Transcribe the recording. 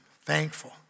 Thankful